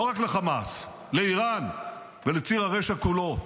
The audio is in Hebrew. לא רק לחמאס, לאיראן ולציר הרשע כולו.